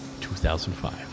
2005